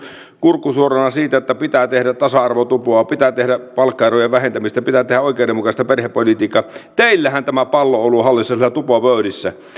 kurkku suorana siitä että pitää tehdä tasa arvotupoa pitää tehdä palkkaerojen vähentämistä pitää tehdä oikeudenmukaista perhepolitiikkaa teillähän tämä pallo on ollut hallussa siellä tupopöydissä